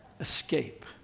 escape